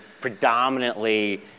predominantly